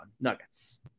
Nuggets